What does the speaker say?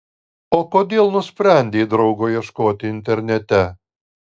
o kodėl nusprendei draugo ieškoti internete